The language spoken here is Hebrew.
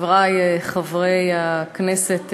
חברי חברי הכנסת,